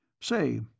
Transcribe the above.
Say